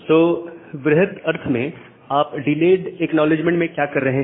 तो वृहत अर्थ में आप डिलेड एक्नॉलेजमेंट में क्या कर रहे हैं